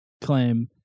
claim